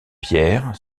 pierre